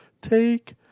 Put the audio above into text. Take